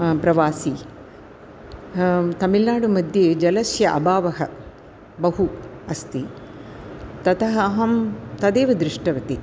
प्रवासी तमिळ्नाडुमध्ये जलस्य अभावः बहु अस्ति ततः अहं तदेव दृष्टवती